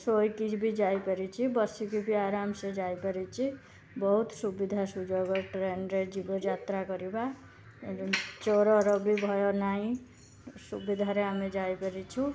ଶୋଇକିରି ବି ଯାଇପାରିଛି ବସିକି ବି ଆରମସେ ଯାଇପାରିଛି ବହୁତ ସୁବିଧା ସୁଯୋଗ ଟ୍ରେନ ରେ ଯିବ ଯାତ୍ରାକରିବା ଏବଂ ଚୋରର ବି ଭୟନାହିଁ ସୁବିଧାରେ ଆମେ ଯାଇପାରିଛୁ